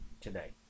today